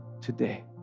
today